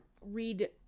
read